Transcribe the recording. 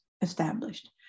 established